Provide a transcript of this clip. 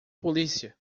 polícia